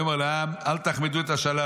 ויאמר לעם אל תחמדו את השלל